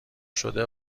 شده